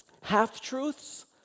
Half-truths